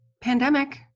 pandemic